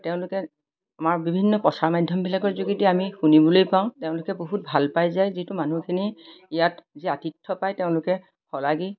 তেওঁলোকে আমাৰ বিভিন্ন প্ৰচাৰ মাধ্যমবিলাকৰ যোগেদি আমি শুনিবলৈ পাওঁ তেওঁলোকে বহুত ভাল পাই যায় যিটো মানুহখিনি ইয়াত যি আতিথ্য পায় তেওঁলোকে শলাগি